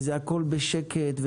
הכול נעשה בשקט,